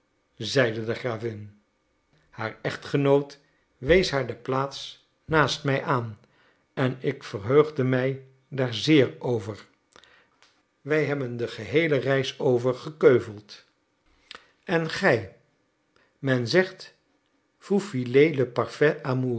zeide de gravin haar echtgenoot wees haar de plaats naast mij aan en ik verheugde mij daar zeer over wij hebben de geheele reis over gekeuveld en gij men zegt vous